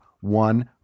one